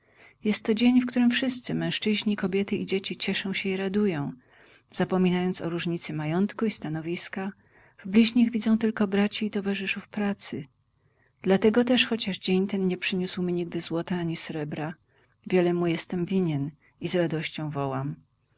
jest to dzień w którym wszyscy mężczyźni kobiety i dzieci cieszą się i radują zapominając o różnicy majątku i stanowiska w bliźnich widzą tylko braci i towarzyszów pracy dlatego też chociaż dzień ten nie przyniósł mi nigdy złota ani srebra wiele mu winien jestem i z radością wołam